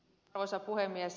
arvoisa puhemies